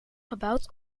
gebouwd